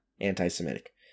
anti-Semitic